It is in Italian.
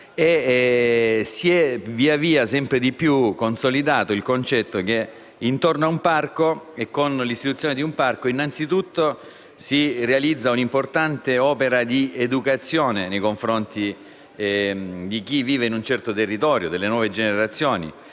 e sostanza. Si è sempre di più consolidato il concetto che intorno a un parco e con l'istituzione di un parco innanzitutto si realizza un'importante opera di educazione nei confronti di chi vive in un certo territorio, soprattutto delle nuove generazioni;